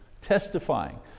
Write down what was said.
testifying